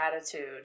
attitude